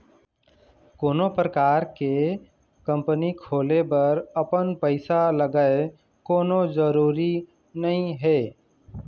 कोनो परकार के कंपनी खोले बर अपन पइसा लगय कोनो जरुरी नइ हे